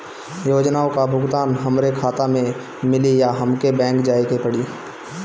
योजनाओ का भुगतान हमरे खाता में मिली या हमके बैंक जाये के पड़ी?